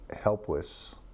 helpless